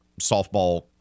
softball